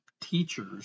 teachers